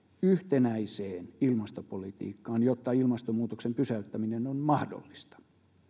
yhtenäiseen ilmastopolitiikkaan jotta ilmastonmuutoksen pysäyttäminen on mahdollista